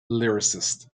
lyricist